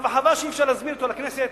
חבל שאי-אפשר להזמין אותו לכנסת